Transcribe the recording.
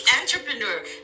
entrepreneur